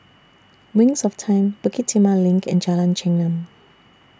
Wings of Time Bukit Timah LINK and Jalan Chengam